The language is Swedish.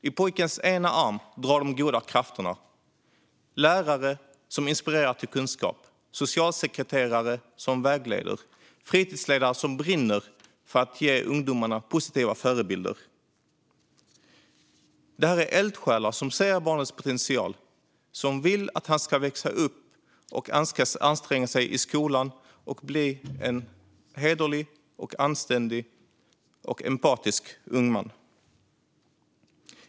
I pojkens ena arm drar de goda krafterna: lärare som inspirerar till kunskap, socialsekreterare som vägleder och fritidsledare som brinner för att ge ungdomarna positiva förebilder. Det här är eldsjälar som ser barnets potential och som vill att han ska växa upp, anstränga sig i skolan och bli en hederlig, anständig och empatisk ung man.